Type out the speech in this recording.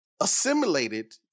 assimilated